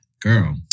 Girl